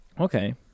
Okay